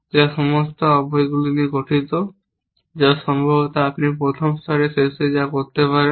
যা সমস্ত অব্যয়গুলি নিয়ে গঠিত যা সম্ভবত আপনি প্রথম স্তরের শেষে যা করতে পারেন